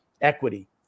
equity